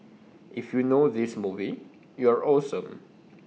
if you know this movie you're awesome